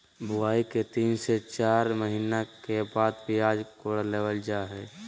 बुआई के तीन से चार महीना के बाद प्याज कोड़ लेबल जा हय